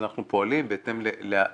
אז אנחנו פועלים בהתאם לדו"ח,